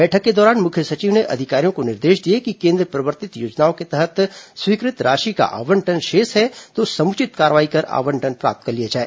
बैठक के दौरान मुख्य सचिव ने अधिकारियों को निर्देश दिए कि केन्द्र प्रवर्तित योजनाओं के तहत स्वीकृत राशि का आबंटन शेष है तो समुचित कार्रवाई कर आबंटन प्राप्त कर लिया जाए